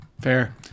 fair